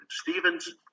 Stevens